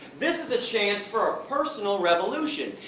this the chance for a personal revolution.